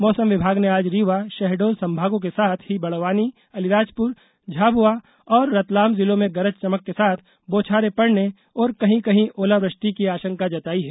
मौसम विभाग ने आज रीवा शहडोल संभागों के साथ ही बड़वानी अलीराजपुर झाबुआ और रतलाम जिलों में गरज चमक के साथ बौछारें पड़नें और कहीं कहीं ओलावृष्टि की आशंका जताई है